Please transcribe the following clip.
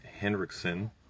Hendrickson